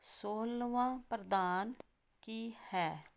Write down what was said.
ਸੋਲ੍ਹਵਾਂ ਪ੍ਰਧਾਨ ਕੀ ਹੈ